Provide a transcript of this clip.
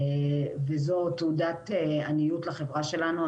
וזו תעודת עניות לחברה שלנו.